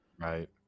right